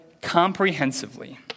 comprehensively